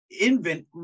invent